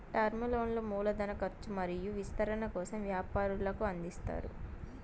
term లోన్లు మూల ధన కర్చు మరియు విస్తరణ కోసం వ్యాపారులకు అందిస్తారు